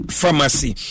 pharmacy